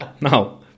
No